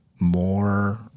more